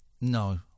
No